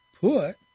put